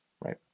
right